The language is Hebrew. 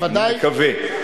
אני מקווה.